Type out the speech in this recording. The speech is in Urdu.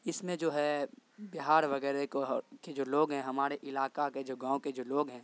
اس میں جو ہے بہار وغیرہ کے جو لوگ ہیں ہمارے علاقہ کا جو گاؤں کے جو لوگ ہیں